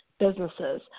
businesses